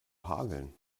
hageln